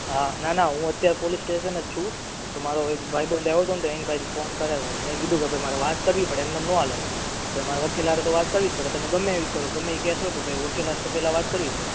હા ના ના હુ અત્યારે પોલીસ સ્ટેસન જ છું મારો એક ભાઈબંધ આવ્યો તો ને તો એની પાસેથી ફોન કરાવ્યો મેં કીધું કે ભાઈ મારે વાત કરવી પડે એમ ને એમ ન ચાલે મારે વકીલ હારે તો વાત કરવી જ પડે તમે ગમે એવી કરો ગમે એ કેસ હોય તો ભાઈ વકીલ હારે તો પહેલાં વાત કરવી પડે